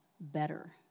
better